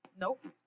Nope